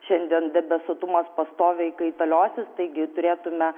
šiandien debesuotumas pastoviai kaitaliosis taigi turėtume